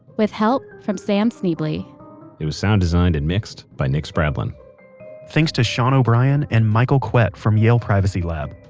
with help from sam schneble. it was sound designed and mixed by nick spradlin thanks to sean o'brien and michael kwet from yale privacy lab.